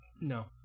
no